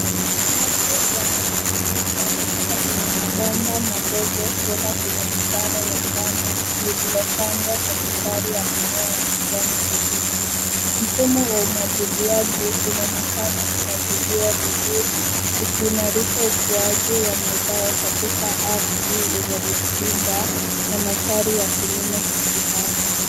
Maji yanamiminika kutoka kwenye mabomba madogo, kwenda kwenye mitaro ya shamba lililopandwa kwa mistari ya mimea ya kijani kibichi. Mfumo wa umwagiliaji unaonekana kuratibiwa vizuri ukiimarisha ukuaji wa mazao katika ardhi yenye rutuba na mandhari ya kilimo cha kisasa.